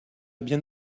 bien